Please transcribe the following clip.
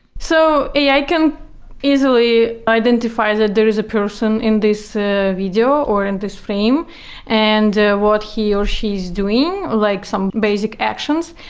so ai can easily identify that there is a person in this ah video or in this frame and what he or she is doing, like some basic actions,